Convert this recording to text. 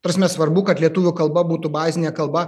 ta prasme svarbu kad lietuvių kalba būtų bazinė kalba